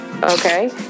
Okay